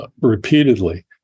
repeatedly